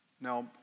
Now